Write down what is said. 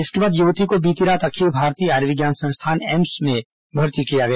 इसके बाद युवती को बीती रात अखिल भारतीय आयुर्विज्ञान संस्थान एम्स में भर्ती किया गया